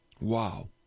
wow